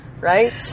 Right